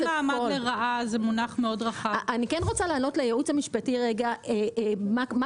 אני רוצה להגיד לייעוץ המשפטי מה קורה